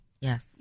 Yes